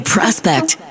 Prospect